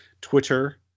Twitter